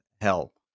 help